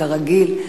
כרגיל,